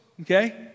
okay